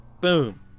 Boom